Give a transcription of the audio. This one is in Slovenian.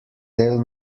del